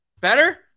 better